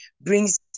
brings